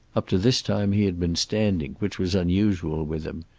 up to this time he had been standing, which was unusual with him.